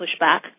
pushback